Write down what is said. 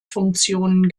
funktionen